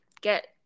get